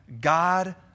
God